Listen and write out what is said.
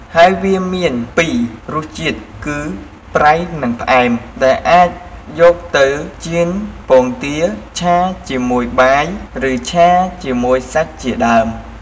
ហេីយវាមានពីររសជាតិគឺ ប្រៃ និង ផ្អែម ដែលអាចយកទៅចៀនពងទា ឆាជាមួយបាយ ឬ ឆាជាមួយសាច់ជាដេីម។